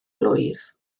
blwydd